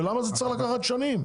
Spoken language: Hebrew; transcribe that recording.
למה זה צריך לקחת שנים?